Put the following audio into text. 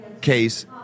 case